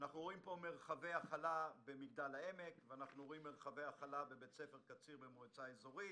אנחנו רואים פה מרחבי הכלה במגדל העמק ובבית ספר קציר במועצה אזורית